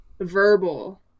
verbal